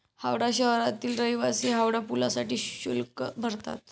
हावडा शहरातील रहिवासी हावडा पुलासाठी शुल्क भरतात